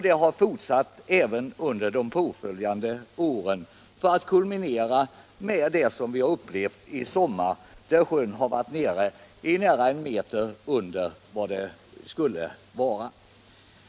Det har fortsatt även under de följande åren för att i somras kulminera i en vattennivå som var nästan en meter under den nivå som sjön hade före domen.